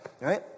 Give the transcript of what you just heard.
right